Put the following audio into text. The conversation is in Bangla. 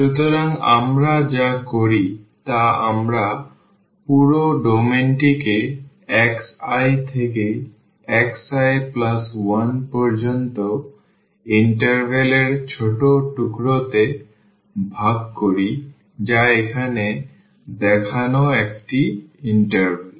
সুতরাং আমরা যা করি তা আমরা পুরো ডোমেইনটিকে xi থেকে xi1 পর্যন্ত ইন্টারভ্যাল এর ছোট টুকরোতে ভাগ করি যা এখানে দেখানো একটি ইন্টারভ্যাল